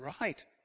right